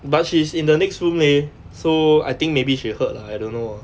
but she is in the next room leh so I think maybe she heard lah I don't know uh